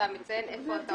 לציין איפה אתה עומד.